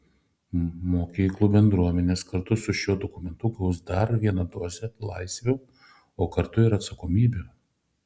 mokyklų bendruomenės kartu su šiuo dokumentu gaus dar vieną dozę laisvių o kartu ir atsakomybių